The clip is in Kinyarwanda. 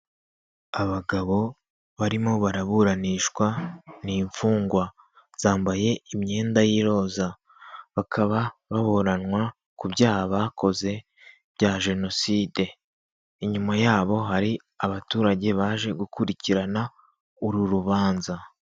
Abagabo barimo baraburanishwa, ni imfungwa, zambaye imyenda y'iroza, bakaba baburanwa ku byaha bakoze bya Jenoside, inyuma yabo hari abaturage baje gukurikirana uru rubanza.